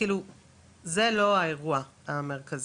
זה לא האירוע המרכזי.